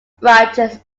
branches